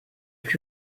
plus